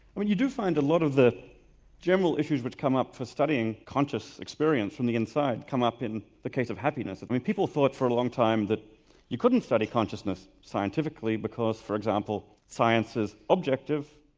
well you do find a lot of the general issues which come up for studying conscious experience from the inside come up in the case of happiness. people thought for a long time that you couldn't study consciousness scientifically because for example science is objective,